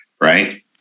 Right